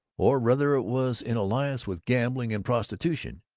or whether it was in alliance with gambling and prostitution.